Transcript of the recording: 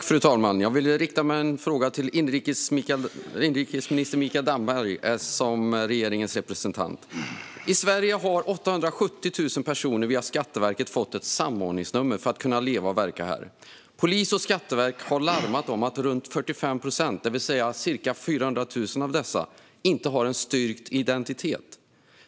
Fru talman! Jag vill rikta min fråga till inrikesminister Mikael Damberg som regeringens representant. I Sverige har 870 000 personer via Skatteverket fått ett samordningsnummer för att kunna leva och verka här. Polisen och Skatteverket har larmat om att runt 45 procent, det vill säga ca 400 000 av dessa, inte har en styrkt identitet.